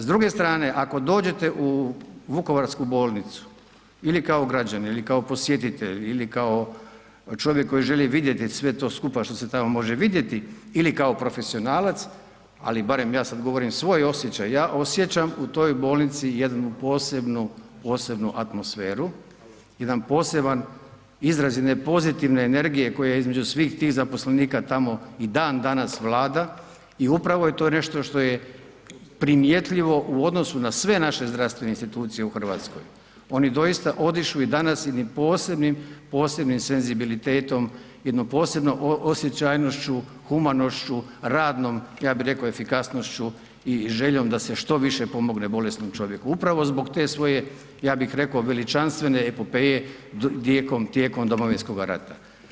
S druge strane ako dođete u vukovarsku bolnicu ili kao građanin, ili kao posjetitelj ili kao čovjek koji želi vidjeti sve to skupa što se tamo može vidjeti ili kao profesionalac, ali barem ja sad govorim svoj osjećaj, ja osjećam u toj bolnici jednu posebnu, posebnu atmosferu, jedan poseban izrazito pozitivne energije koja između svih tih zaposlenika tamo i dan danas vlada i upravo je to nešto što je primjetljivo u odnosu na sve naše zdravstvene institucije u RH, oni doista odišu i danas jednim posebnim, posebnim senzibilitetom, jednom posebnom osjećajnošću, humanošću, radnom, ja bi reko, efikasnošću i željom da se što više pomogne bolesnom čovjeku, upravo zbog te svoje, ja bih reko, veličanstvene epopeje tijekom domovinskoga rata.